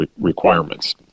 requirements